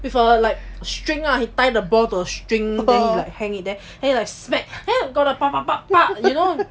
with a like string ah he tied the ball to a string then he like hang it there then he like smack then got the ba ba ba ba